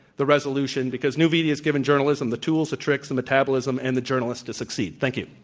the resolution because new media has given journalism the tools, the tricks, the metabolism and the journalists to succeed. thank you.